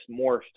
morphed